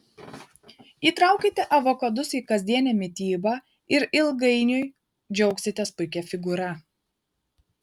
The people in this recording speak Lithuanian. įtraukite avokadus į kasdienę mitybą ir ilgainiui džiaugsitės puikia figūra